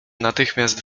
natychmiast